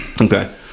Okay